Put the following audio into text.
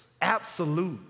absolute